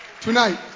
Tonight